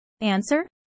Answer